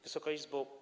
Wysoka Izbo!